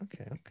okay